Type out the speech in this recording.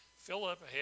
Philip